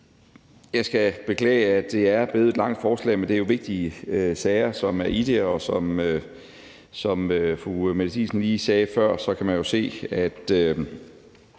Jeg skal beklage, at det er blevet et langt forslag, men det er jo vigtige sager, som er i det, og som fru Mette Thiesen lige sagde før, kan man se, at